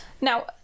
Now